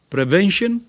Prevention